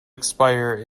expire